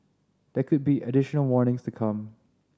there could be additional warnings to come